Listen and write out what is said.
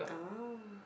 ah